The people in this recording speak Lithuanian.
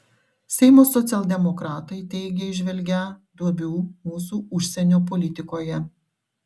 seimo socialdemokratai teigia įžvelgią duobių mūsų užsienio politikoje